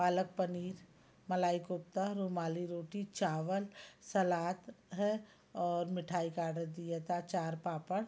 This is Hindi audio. पालक पनीर मलाई कोफ़्ता रुमाली रोटी चावल सलाद हैं और मिठाई का ऑर्डर दिया था आचार पापड़